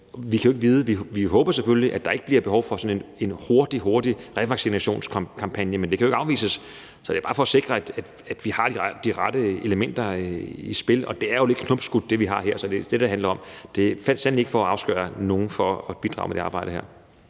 vi håber selvfølgelig, at der ikke bliver behov for sådan en meget hurtig revaccinationskampagne, men det kan jo ikke afvises. Så det er bare for at sikre, at vi har de rette elementer i spil, og det, vi har her, er jo lidt knopskudt. Så det er det, det handler om. Det er sandelig ikke for at afskære nogen fra at bidrage med det arbejde her.